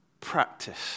practice